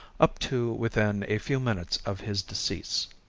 up to within a few minutes of his decease.